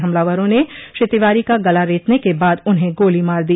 हमलावरों ने श्री तिवारी का गला रेतने के बाद उन्हें गोली मार दी